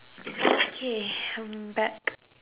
okay I'm back